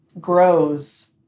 grows